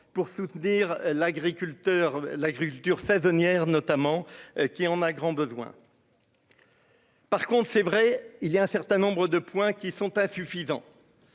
l'agriculteur, l'agriculture saisonnières notamment, qui en a grand besoin. Par contre, c'est vrai, il y a un certain nombre de points qui sont insuffisants